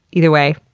either way,